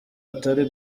atari